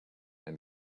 and